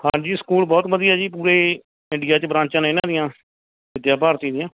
ਹਾਂਜੀ ਸਕੂਲ ਬਹੁਤ ਵਧੀਆ ਜੀ ਪੂਰੇ ਇੰਡੀਆ 'ਚ ਬਰਾਂਚਾਂ ਨੇ ਇਹਨਾਂ ਦੀਆਂ ਵਿੱਦਿਆ ਭਾਰਤੀ ਦੀਆਂ